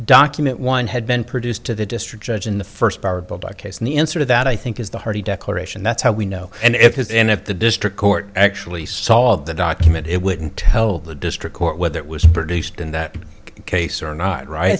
document one had been produced to the district judge in the first case and the answer to that i think is the hearty declaration that's how we know and it has in it the district court actually saw the document it wouldn't tell the district court whether it was produced in that case or not right i